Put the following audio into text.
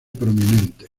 prominentes